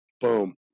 boom